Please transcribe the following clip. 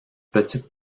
petite